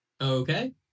Okay